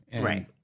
Right